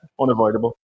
Unavoidable